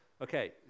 okay